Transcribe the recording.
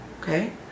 okay